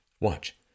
watch